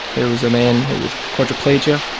who was a man who, with quadriplegia,